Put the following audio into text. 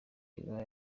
iba